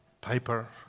Paper